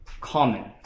common